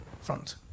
front